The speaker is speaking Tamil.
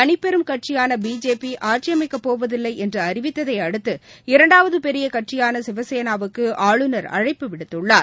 தனிப்பெரும் கட்சியான பிஜேபி ஆட்சியமைக்கப் போவதில்லை என்று அறிவித்ததை அடுத்து இரண்டாவது பெரிய கட்சியான சிவசேனாவுக்கு ஆளுநர் அழைப்பு விடுத்துள்ளார்